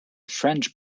french